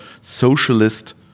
socialist